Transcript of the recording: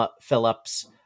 Phillips